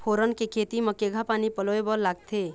फोरन के खेती म केघा पानी पलोए बर लागथे?